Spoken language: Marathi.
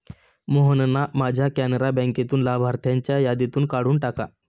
मोहनना माझ्या कॅनरा बँकेतून लाभार्थ्यांच्या यादीतून काढून टाका